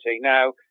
Now